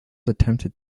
attempted